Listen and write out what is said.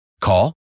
Call